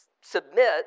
submit